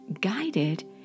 guided